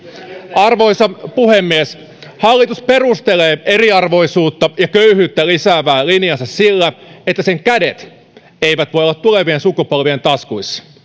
arvoisa puhemies hallitus perustelee eriarvoisuutta ja köyhyyttä lisäävää linjaansa sillä että sen kädet eivät voi olla tulevien sukupolvien taskuissa